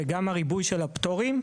וגם הריבוי של הפטורים,